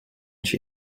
she